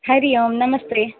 हरिः ओम् नमस्ते